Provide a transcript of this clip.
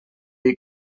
dir